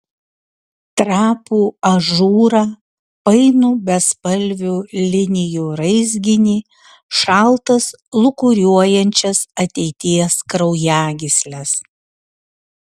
trapų ažūrą painų bespalvių linijų raizginį šaltas lūkuriuojančias ateities kraujagysles